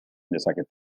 dezakete